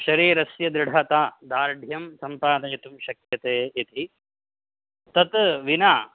शरीरस्य दृढता दार्ढ्यं सम्पादयितुं शक्यते इति तत् विना